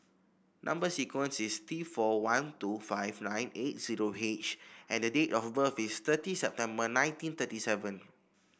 number sequence is T four one two five nine eight zero H and date of birth is thirty September nineteen thirty seven